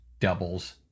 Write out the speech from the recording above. doubles